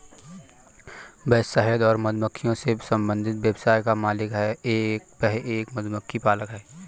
वह शहद और मधुमक्खियों से संबंधित व्यवसाय का मालिक है, वह एक मधुमक्खी पालक है